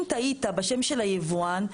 אם טעית בשם של היבואן,